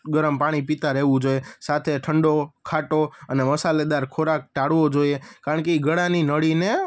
ગરમ પાણી પીતા રહેવું જોઈએ સાથે ઠંડો ખાટો અને મસાલેદાર ખોરાક ટાળવો જોઈએ કારણકે એ ગળાની નળીને